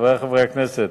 חברי חברי הכנסת,